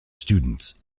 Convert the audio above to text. students